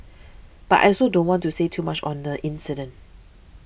but I also don't want to say too much on the incident